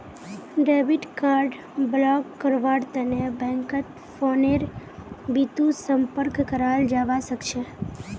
debit card block करव्वार तने बैंकत फोनेर बितु संपर्क कराल जाबा सखछे